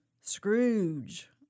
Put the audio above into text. Scrooge